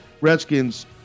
Redskins